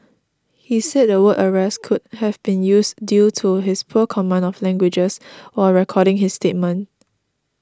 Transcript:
he said the word arrest could have been used due to his poor command of languages while recording his statement